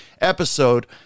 episode